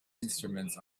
instruments